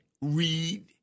read